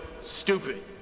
stupid